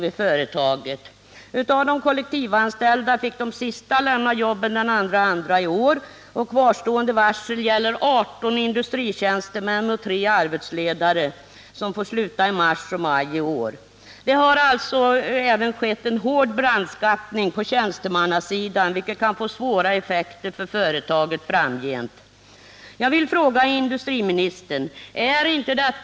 Av de kollektivanställda som varslats fick de sista lämna jobbet den 2 februari i år. Kvarstående varsel gäller 18 industritjänstemän och 3 arbetsledare, som får sluta under mars och maj i år. En hård brandskattning har alltså skett även på tjänstemannasidan, vilket kan få svåra effekter för företaget framgent.